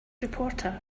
reporter